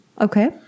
Okay